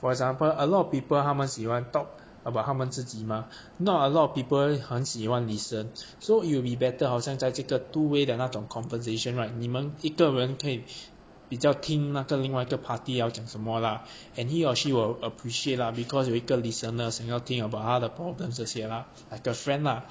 for example a lot of people 他们喜欢 talk about 他们自己嘛 not a lot of people 很喜欢 listen so it will be better 好像在这个 two way 的那种 conversation right 你们一个人可以比较听那个另外一个 party 要讲什么啦 and he or she will appreciate lah because 有一个 listener 想要听 about 他的 problems 这些啦 like a friend lah